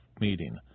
meeting